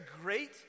great